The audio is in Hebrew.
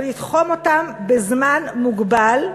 ולתחום אותם בזמן מוגבל.